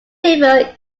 river